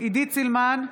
עידית סילמן,